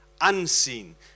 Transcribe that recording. Unseen